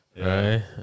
right